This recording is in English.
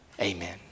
Amen